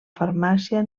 farmàcia